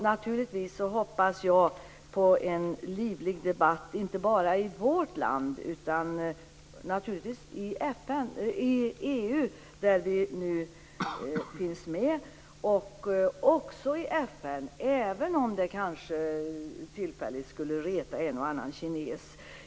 Naturligtvis hoppas jag på en livlig debatt, inte bara i vårt land utan också i EU, där vi nu finns med, och i FN, även om det tillfälligt kanske skulle reta en och annan kines.